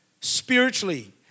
Spiritually